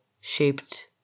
shaped